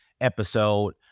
episode